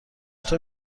طور